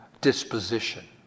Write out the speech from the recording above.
disposition